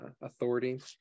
authority